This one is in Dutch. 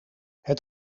het